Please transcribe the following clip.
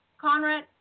Conrad